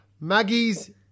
Maggie's